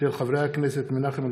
מאת חברת הכנסת מירב בן ארי,